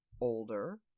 older